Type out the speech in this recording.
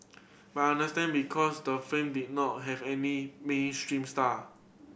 but I understand because the film did not have any big stream star